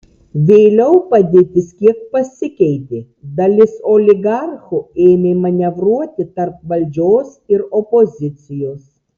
vėliau padėtis kiek pasikeitė dalis oligarchų ėmė manevruoti tarp valdžios ir opozicijos